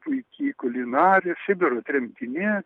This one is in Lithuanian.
puiki kulinarė sibiro tremtinė